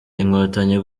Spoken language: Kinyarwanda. inkotanyi